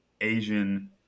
Asian